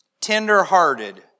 tender-hearted